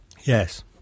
Yes